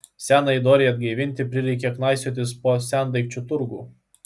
senajai dorei atgaivinti prireikė knaisiotis po sendaikčių turgų